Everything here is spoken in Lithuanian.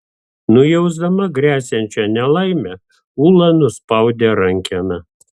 nujausdama gresiančią nelaimę ula nuspaudė rankeną